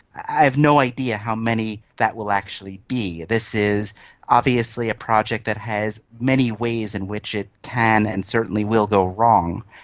i have no idea how many that will actually be. this is obviously a project that has many ways in which it can and certainly will go wrong.